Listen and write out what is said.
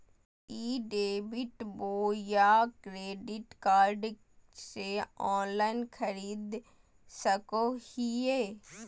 ई debit बोया credit card से online खरीद सको हिए?